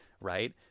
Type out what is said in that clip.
right